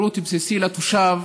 וסהלן.